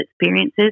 experiences